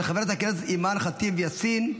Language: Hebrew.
של חברת הכנסת אימאן ח'טיב יאסין.